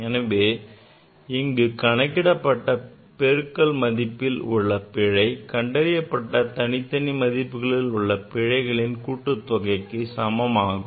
எனவே இங்கு கணக்கிடப்பட்ட பெருக்கல் மதிப்பில் உள்ள பிழை கண்டறியப்பட்ட தனித்தனி மதிப்பில் உள்ள பிழைகளின் கூட்டுத்தொகை மதிப்புக்கு சமம் ஆகும்